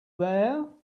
there